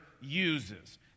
uses